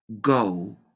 go